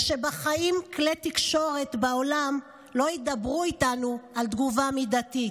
ושבחיים כלי תקשורת בעולם לא ידברו איתנו על תגובה מידתית.